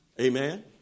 Amen